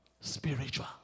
Spiritual